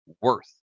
worth